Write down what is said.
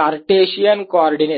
Cartesian coordinate